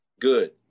Good